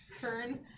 turn